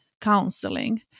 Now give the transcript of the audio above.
counseling